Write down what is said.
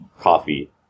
coffee